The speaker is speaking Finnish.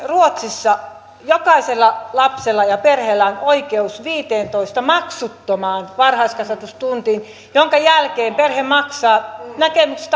ruotsissa jokaisella lapsella ja perheellä on oikeus viiteentoista maksuttomaan varhaiskasvatustuntiin minkä jälkeen perhe maksaa näkemänsä